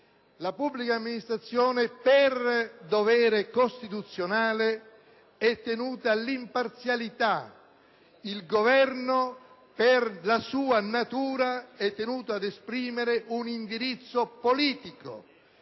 La pubblica amministrazione, per dovere costituzionale, è tenuta all'imparzialità; il Governo, per la sua natura, è tenuto ad esprimere un indirizzo politico.